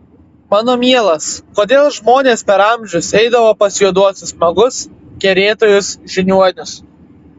mano mielas kodėl žmonės per amžius eidavo pas juoduosius magus kerėtojus žiniuonius